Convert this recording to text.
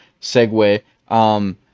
Segue